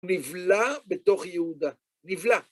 נבלע בתוך יהודה, נבלע.